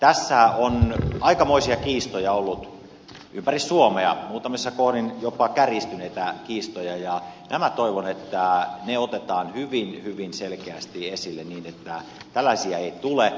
tässä on aikamoisia kiistoja ollut ympäri suomea muutamissa kohdin jopa kärjistyneitä kiistoja ja toivon että ne otetaan hyvin hyvin selkeästi esille niin että tällaisia ei tule